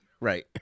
Right